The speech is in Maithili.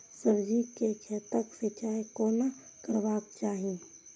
सब्जी के खेतक सिंचाई कोना करबाक चाहि?